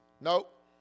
nope